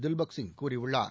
தில்பக் சிங் கூறியுள்ளார்